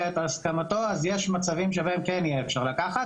את הסכמתו אז יש מצבים שבהם כן יהיה אפשר לקחת.